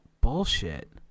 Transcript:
bullshit